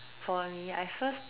for me I first